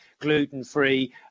gluten-free